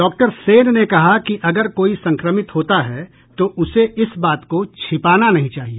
doctor Sen ने कहा कि अगर कोई संक्रमित होता है तो उसे इस बात को छिपाना नहीं चाहिए